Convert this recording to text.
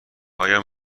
آیا